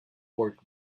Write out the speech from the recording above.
work